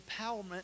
empowerment